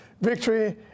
Victory